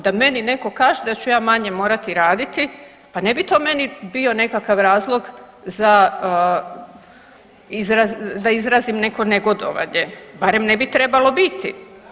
Da meni netko kaže da ću ja manje morati raditi pa ne bi meni to bio nekakav razlog za izraz, da izrazim neko negodovanje, barem ne bi trebalo biti.